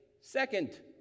second